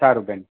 સારું બેન